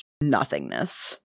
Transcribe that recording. nothingness